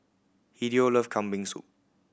Hideo love Kambing Soup